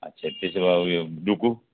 अच्छा त्यसो भए ऊ यो डुकु